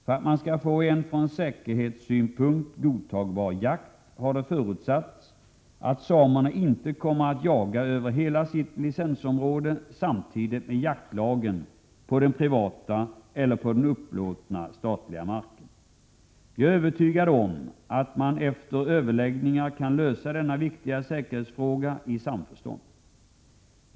För att man skall få en från säkerhetssynpunkt godtagbar jakt har det förutsatts att samerna inte kommer att jaga över hela sitt licensområde samtidigt med jaktlagen på den privata eller på den upplåtna statliga marken. Jag är övertygad om att man efter överläggningar kan lösa denna viktiga säkerhetsfråga i samförstånd.